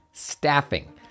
Staffing